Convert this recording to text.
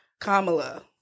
Kamala